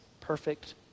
perfect